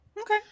Okay